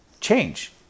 change